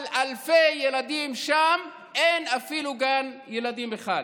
אבל לאלפי ילדים שם אין אפילו גן ילדים אחד.